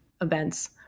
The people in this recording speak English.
events